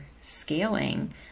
scaling